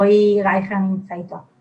רועי רייכר נמצא איתו.